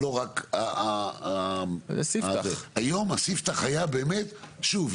היום הספתח היה באמת שוב,